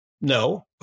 No